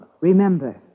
Remember